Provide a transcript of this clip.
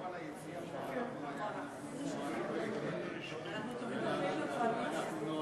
חברי הכנסת הוותיקים הוא חבר הכנסת דב